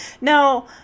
Now